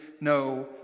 no